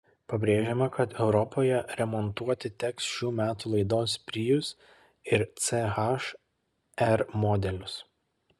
pabrėžiama kad europoje remontuoti teks šių metų laidos prius ir ch r modelius